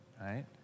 right